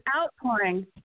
outpouring